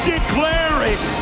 Declaring